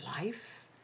life